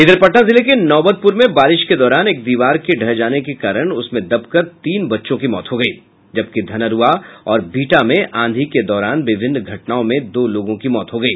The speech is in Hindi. इधर पटना जिले के नौबतप्र में बारिश के दौरान एक दीवार के ढह जाने के कारण उसमें दबकर तीन बच्चों की मौत हो गयी जबकि धनरूआ और बिहटा में आंधी के दौरान विभिन्न घटनाओं में दो लोगों की मौत हो गयी